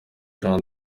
jean